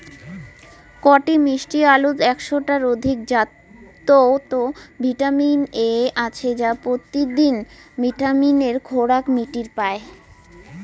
কটি মিষ্টি আলুত একশ টার অধিক জাতত ভিটামিন এ আছে যা পত্যিদিন ভিটামিনের খোরাক মিটির পায়